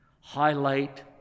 highlight